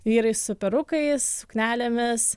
vyrai su perukais suknelėmis